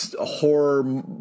horror